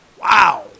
Wow